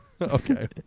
Okay